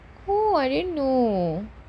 !wah! I didn't know eh